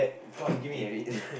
god damn it